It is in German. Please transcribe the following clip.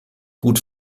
gut